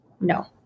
No